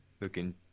Looking